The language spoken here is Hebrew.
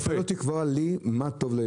אתה לא תקבע לי מה טוב לילדיי.